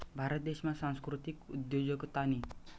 भारत देशमा सांस्कृतिक उद्योजकतानी